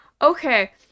Okay